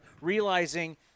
realizing